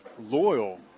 loyal